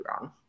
wrong